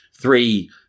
three